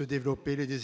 le développement des déserts médicaux.